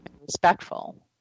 Respectful